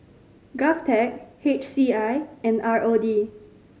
GovTech H C I and R O D